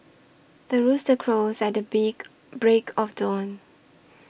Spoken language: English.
the rooster crows at the beak break of dawn